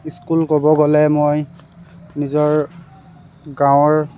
school ক'ব গ'লে মই নিজৰ গাঁৱৰ